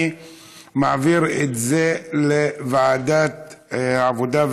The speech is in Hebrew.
אני מעביר את זה לוועדת העבודה,